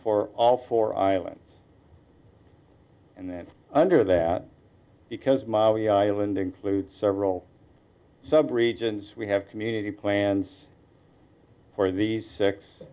for all four islands and then under that because maui island includes several sub regions we have community plans for the six